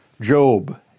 Job